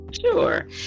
Sure